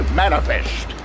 manifest